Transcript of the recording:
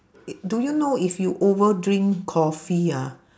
do you know if you over drink coffee ah